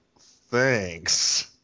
thanks